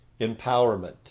empowerment